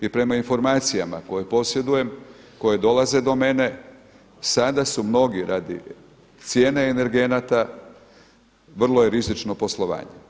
I prema informacijama koje posjedujem koje dolaze do mene sada su mnogi radi cijene energenata vrlo je rizično poslovanje.